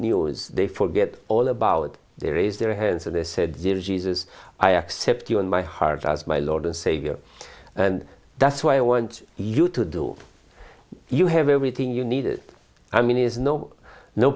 news they forget all about they raised their hands of the said jesus i accept you in my heart as my lord and savior and that's why i want you to do you have everything you needed i mean is no no